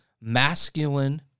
masculine